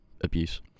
abuse